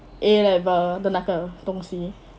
A level 的那个东西